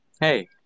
Hey